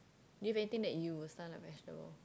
do you have anything that you will stun like vegetable